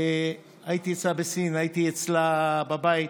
הייתי אצלה בסין, הייתי אצלה בבית.